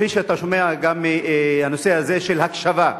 כפי שאתה שומע בנושא הזה של הקשבה,